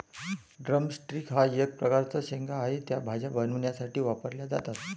drum sticks हा एक प्रकारचा शेंगा आहे, त्या भाज्या बनवण्यासाठी वापरल्या जातात